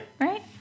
Right